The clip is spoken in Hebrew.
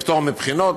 פטור מבחינות.